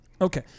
Okay